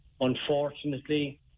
Unfortunately